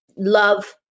love